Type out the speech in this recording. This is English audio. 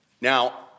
Now